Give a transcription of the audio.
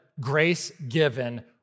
grace-given